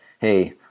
hey